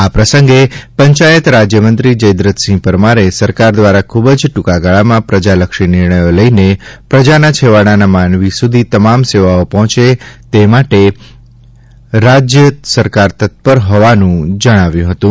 આ પ્રસંગે પંચાયત રાજ્યમંત્રી જયદ્રથસિંહ પરમારે સરકાર દ્વારા ખૂબ જ ટૂંકાગાળામાં પ્રજાલક્ષી નિર્ણયો લઈને પ્રજાના છેવાડાના માનવી સુધી તમામ સેવાઓ પહોંચે તે માટે રાજ્ય સરકાર તત્પર હોવાનું જણાવ્યું હતું